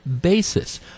basis